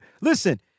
listen